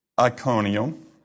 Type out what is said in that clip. Iconium